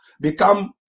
become